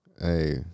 Hey